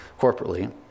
corporately